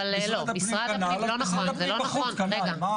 כנ"ל אז משרד הפנים בחוץ, כנ"ל.